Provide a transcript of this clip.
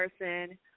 person